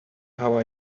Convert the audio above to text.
how